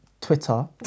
Twitter